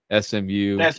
SMU